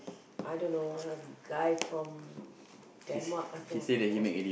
I don't know guy from Denmark I think or